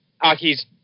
Aki's